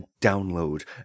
download